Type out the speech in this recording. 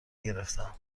گرفتهام